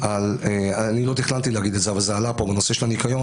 לא תכננתי להגיד את זה אבל זה עלה פה בנושא של הניקיון,